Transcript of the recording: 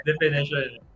definition